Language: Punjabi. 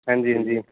ਹਾਂਜੀ ਹਾਂਜੀ